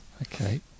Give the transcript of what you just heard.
Okay